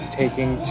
taking